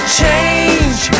change